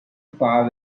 far